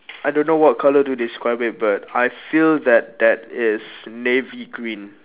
I don't know what colour to describe it but I feel that that is navy green